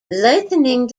lightning